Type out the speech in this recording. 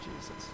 Jesus